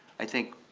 i think,